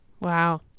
Wow